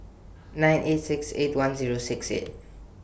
nine eight six eight one Zero six eight